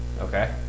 Okay